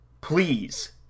Please